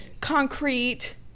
concrete